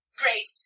great